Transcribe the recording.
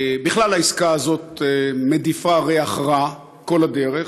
בכלל העסקה הזאת מדיפה ריח רע כל הדרך.